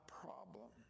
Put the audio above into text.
problem